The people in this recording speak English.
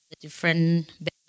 different